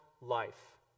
life